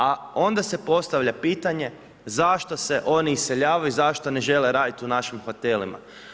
A onda se postavlja pitanje, zašto se oni iseljavaju i zašto ne žele raditi u našim hotelima.